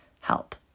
Help